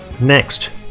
Next